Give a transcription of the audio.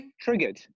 Triggered